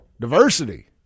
diversity